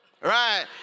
right